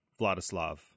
Vladislav